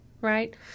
Right